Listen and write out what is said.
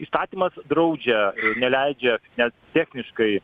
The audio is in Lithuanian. įstatymas draudžia neleidžia net techniškai